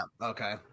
okay